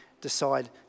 decide